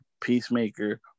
Peacemaker